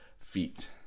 feet